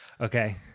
okay